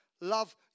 love